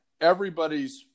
everybody's